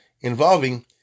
involving